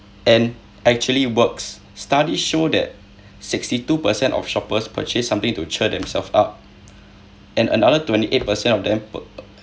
and actually works studies show that sixty two percent of shoppers purchase something to cheer themselves up and another twenty eight percent of the put uh